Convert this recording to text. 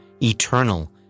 eternal